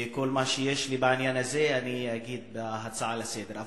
ואת כל מה שיש לי בעניין הזה אני אגיד בהצעה לסדר-היום.